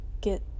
get